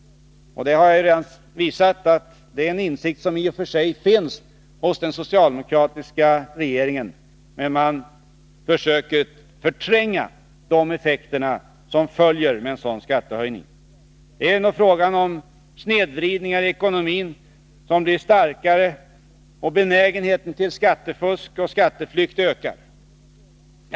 Jag har redan visat att det är en insikt som i och för sig finns hos den socialdemokratiska regeringen, men man försöker förtränga de effekter som följer av en sådan skattehöjning. Det är fråga om snedvridningarna i ekonomin som blir starkare och benägenheten till skattefusk och skatteflykt som ökar.